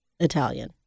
italian